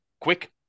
quick